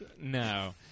No